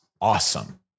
awesome